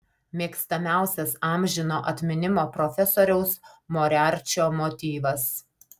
mėgstamiausias amžino atminimo profesoriaus moriarčio motyvas